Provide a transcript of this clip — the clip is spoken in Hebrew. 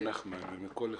מנחמן שי ומכל אחד,